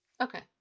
Okay